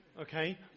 Okay